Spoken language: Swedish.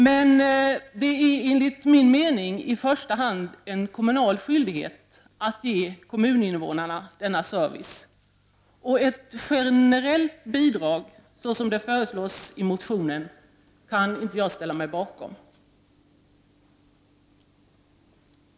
Men det är enligt min mening i första hand en kommunal skyldighet att ge kommuninvånarna denna service. Ett generellt bidrag, så som det föreslås i motionen, kan jag inte ställa mig bakom.